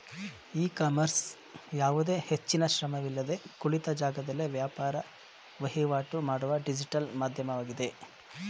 E commerce ಯಾವುದೇ ಹೆಚ್ಚಿನ ಶ್ರಮವಿಲ್ಲದೆ ಕುಳಿತ ಜಾಗದಲ್ಲೇ ವ್ಯಾಪಾರ ವಹಿವಾಟು ಮಾಡುವ ಡಿಜಿಟಲ್ ಮಾಧ್ಯಮವಾಗಿದೆ